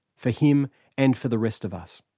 for him and for the rest of us.